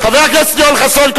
חבר הכנסת יואל חסון,